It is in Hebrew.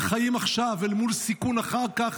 החיים עכשיו מול סיכון אחר כך,